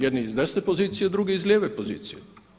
Jedni s desne pozicije, drugi iz lijeve pozicije.